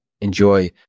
Enjoy